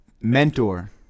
mentor